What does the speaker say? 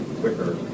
quicker